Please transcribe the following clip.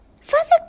Father